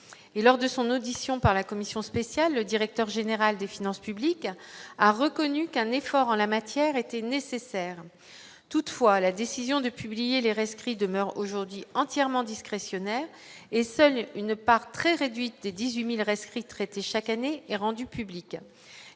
lors de son audition par la commission spéciale, le directeur général des finances publiques a reconnu qu'un effort en la matière était nécessaire, toutefois, la décision de publier les rescrit demeure aujourd'hui entièrement discrétionnaire et seule une part très réduite 18000 rescrit traitées chaque année et rendue publique,